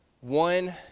one